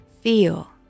Feel